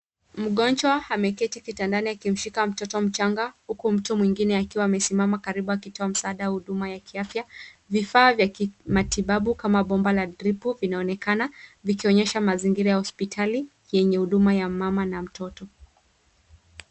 Mgonjwa ameketi kitandani akimshika mtoto mchanga huku mtu mwingine akiwa amesimama karibu akitoa msaada wa huduma ya kiafya. Vifaa vya kimatibabu kama bomba la dripu vinaonekana vikionyesha mazingira ya hospitali yenye huduma ya mama na mtoto.